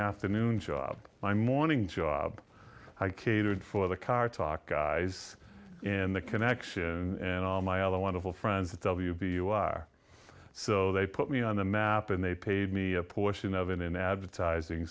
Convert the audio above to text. afternoon job my morning job i catered for the car talk guys in the connection and all my other wonderful friends that w b you are so they put me on the map and they paid me a portion of it in advertising